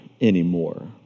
anymore